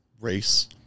race